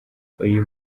uyu